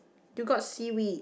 you got seaweed